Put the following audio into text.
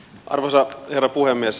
arvoisa herra puhemies